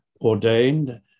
ordained